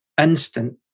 instant